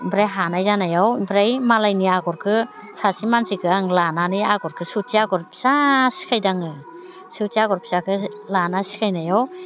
ओमफ्राय हानाय जानायाव ओमफ्राय मालायनि आगरखौ सासे मानसिखौ आं लानानै आगरखौ सौथि आगर फिसा सिखायदों आङो सौथि आगर फिसाखो लाना सिखायनायाव